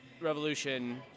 revolution